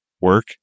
work